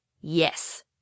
yes